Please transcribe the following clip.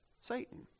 Satan